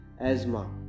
asthma